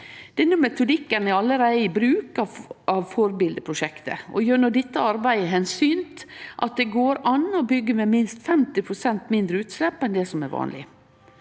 Denne metodikken er allereie i bruk av forbildeprosjektet. Gjennom dette arbeidet har ein synt at det går an å byggje med minst 50 pst. mindre utslepp enn det som er vanleg.